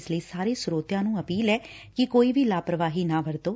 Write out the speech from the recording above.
ਇਸ ਲਈ ਸਾਰੇ ਸਰੋਤਿਆਂ ਨੂੰ ਅਪੀਲ ਐ ਕਿ ਕੋਈ ਵੀ ਲਾਪਰਵਾਹੀ ਨਾ ਵਰਤੋਂ